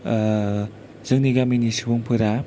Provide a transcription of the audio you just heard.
जोंनि गामिनि सुबुंफोरा